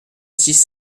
six